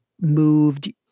moved